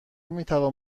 میتوان